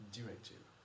Directive